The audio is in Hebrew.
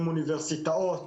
עם אוניברסיטאות,